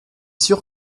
sûr